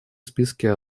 списке